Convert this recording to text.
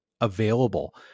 available